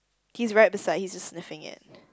he's right beside he's a sniffing it